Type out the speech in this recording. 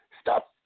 Stop